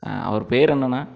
அவர் பேர் என்னண்ணா